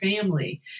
family